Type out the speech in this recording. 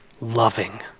loving